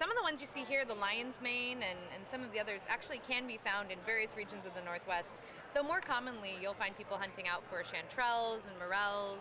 some of the ones you see here the lion's mane and some of the others actually can be found in various regions of the northwest the more commonly you'll find people hunting out first hand trials and morales